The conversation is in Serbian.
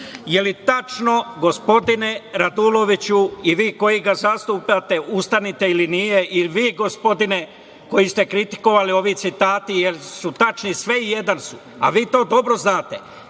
li je tačno, gospodine Raduloviću i vi koji ga zastupate, ustanite, i vi gospodine koji su kritikovali ove citate koji su tačni, sve do jednog su tačni, a vi to dobro znate.